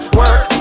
work